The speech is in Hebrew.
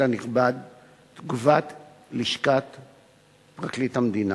הנכבד את תגובת לשכת פרקליט המדינה: